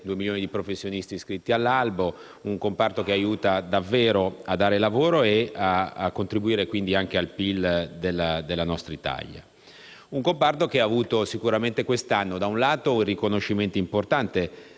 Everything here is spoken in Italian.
due milioni di professionisti iscritti all'albo. Il comparto aiuta davvero a dare lavoro e contribuisce al PIL della nostra Italia. Il comparto ha avuto questo anno, da un lato, un riconoscimento importante